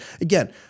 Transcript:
Again